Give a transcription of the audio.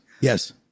Yes